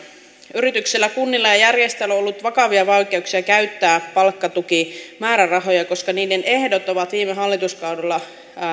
yrityksillä kunnilla ja järjestöillä on ollut vakavia vaikeuksia käyttää palkkatukimäärärahoja koska niiden ehdot ovat viime hallituskaudella